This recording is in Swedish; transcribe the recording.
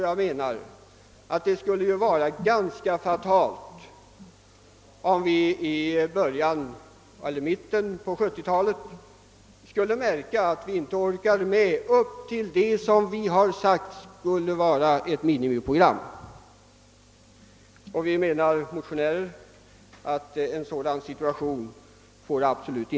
Jag anser att det skulle vara fatalt om vi i mitten på 1970-talet upptäckte att vi inte orkade upp till det som vi sagt skulle vara ett minimiprogram. Motionärerna menar att en sådan situation inte får uppstå.